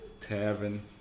tavern